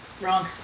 Wrong